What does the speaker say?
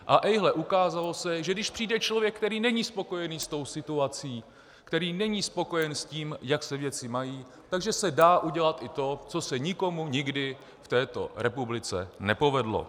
A ejhle, ukázalo se, že když přijde člověk, který není spokojený se situací, který není spokojen s tím, jak se věci mají, tak že se dá udělat i to, co se nikomu nikdy v této republice nepovedlo.